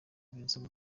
vincent